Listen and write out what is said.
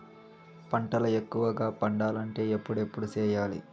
పంటల ఎక్కువగా పండాలంటే ఎప్పుడెప్పుడు సేయాలి?